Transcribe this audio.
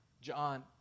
John